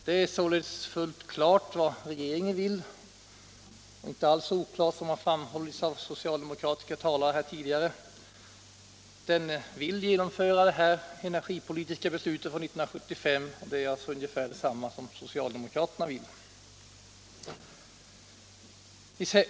Det är således fullt klart vad regeringen vill och inte alls oklart som socialdemokratiska talare har påstått. Den vill genomföra det energipolitiska beslutet från 1975, och det är ungefär detsamma som socialdemokraterna vill göra.